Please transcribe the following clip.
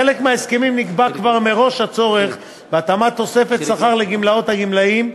בחלק מההסכמים נקבע כבר מראש הצורך בהתאמת תוספת שכר לגמלאות הגמלאים,